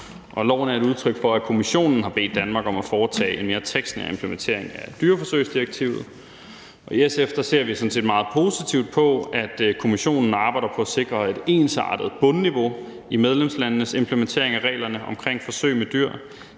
er et udtryk for, at Kommissionen har bedt Danmark om at foretage en mere tekstnær implementering af dyreforsøgsdirektivet. I SF ser vi sådan set meget positivt på, at Kommissionen arbejder på at sikre et ensartet bundniveau i medlemslandenes implementering af reglerne for forsøg med dyr.